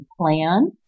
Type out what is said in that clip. plan